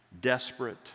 desperate